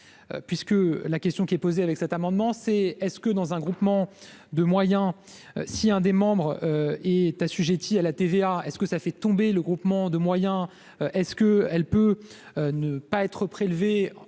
puisque la question qui est posée avec cet amendement, c'est est-ce que dans un groupement de moyens, si un des membres est assujetti à la TVA est-ce que ça fait tomber le groupement de moyens est ce que elle peut ne pas être prélevées